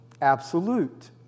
absolute